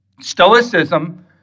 Stoicism